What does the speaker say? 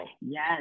Yes